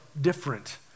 different